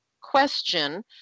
question